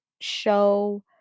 show